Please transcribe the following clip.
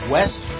West